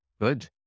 good